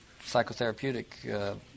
psychotherapeutic